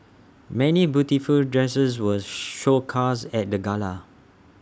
many beautiful dresses were showcased at the gala